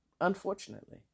Unfortunately